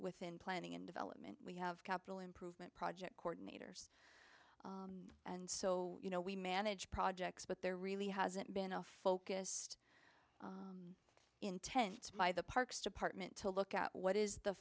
within planning and development we have capital improvement project coordinator and so you know we manage projects but there really hasn't been a focused intent by the parks department to look at what is the